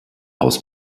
aus